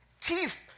chief